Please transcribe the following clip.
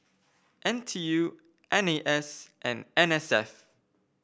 N T U N A S and N S F